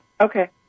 Okay